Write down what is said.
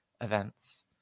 events